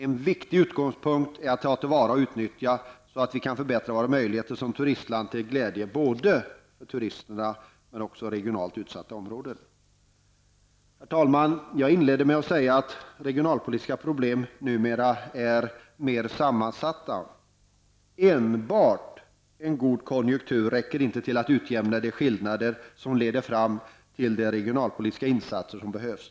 En viktig utgångspunkt är att ta till vara och utnyttja våra möjligheter som turistland till glädje både för turisterna och för regionalt utsatta områden. Herr talman! Jag inledde med att säga att regionalpolitiska problem numera är mer sammansatta. Enbart en god konjunktur räcker inte till för att utjämna de skillnader som leder fram till de regionalpolitiska insatser som behövs.